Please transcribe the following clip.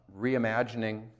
reimagining